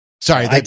Sorry